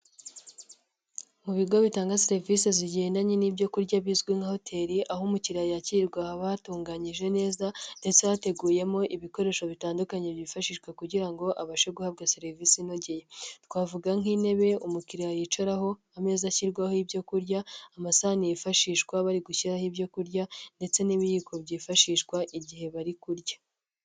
Mu bigo bitanga serivisi zigendanye n'ibyo kurya bizwi nka hoteli, aho umukiriyaya yakirwa haba hatunganyijwe neza ndetse hateguyemo ibikoresho bitandukanye byifashishwa kugira ngo abashe guhabwa serivisi inogeye, twavuga: nk'intebe umukiriya yicaraho, ameza ashyirwaho ibyo kurya, amasahani yifashishwa bari gushyiraho ibyo kurya ndetse n'ibiyiko byifashishwa igihe bari kurya.